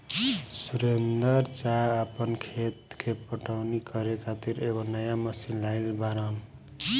सुरेंदर चा आपन खेत के पटवनी करे खातिर एगो नया मशीन लाइल बाड़न